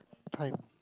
pine